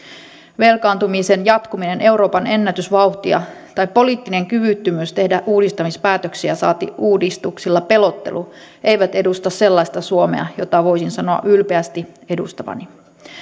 velkaantumisen jatkuminen euroopan ennätysvauhtia tai poliittinen kyvyttömyys tehdä uudistamispäätöksiä saati uudistuksilla pelottelu eivät edusta sellaista suomea jota voisin sanoa ylpeästi edustavani